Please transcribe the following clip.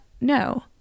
No